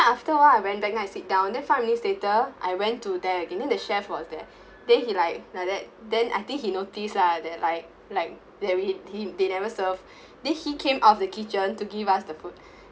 after awhile I went back and I sit down then five minutes later I went to there again then the chef was there then he like like that then I think he noticed lah that like like they it he they never served then he came of the kitchen to give us the food